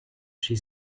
she